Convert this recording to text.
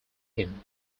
him